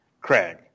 Craig